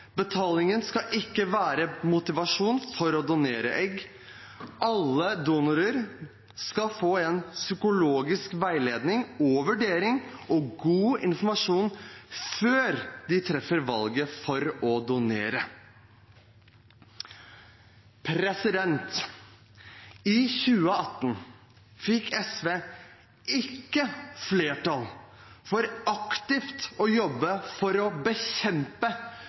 Betalingen skal ikke være en motivasjon for å donere egg. Alle donorer skal få en psykologisk veiledning og vurdering og god informasjon før de treffer valget om å donere. I 2018 fikk SV ikke flertall for aktivt å jobbe for å bekjempe